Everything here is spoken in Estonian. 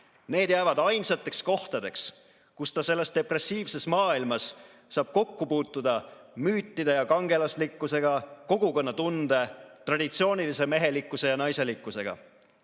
Need jäävad ainsateks kohtadeks, kus ta selles depressiivses maailmas saab kokku puutuda müütide ja kangelaslikkusega, kogukonnatunde, traditsioonilise mehelikkuse ja naiselikkusega. Selle